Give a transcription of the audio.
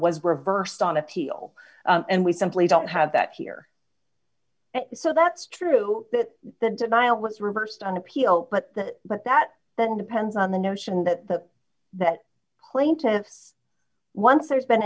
was reversed on appeal and we simply don't have that here so that's true that the denial was reversed on appeal but but that then depends on the notion that the that plaintiffs once there's been